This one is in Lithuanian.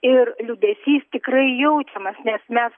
ir liūdesys tikrai jaučiamas nes mes